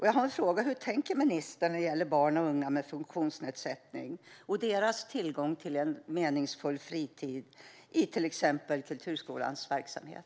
Jag har en fråga: Hur tänker ministern när det gäller barn och unga med funktionsnedsättning och deras tillgång till en meningsfull fritid i till exempel kulturskolans verksamhet?